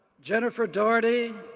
jennifer doherty,